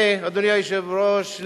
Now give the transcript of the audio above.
אדוני היושב-ראש,